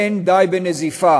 אין די בנזיפה.